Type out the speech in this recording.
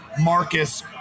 Marcus